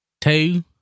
two